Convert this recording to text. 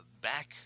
back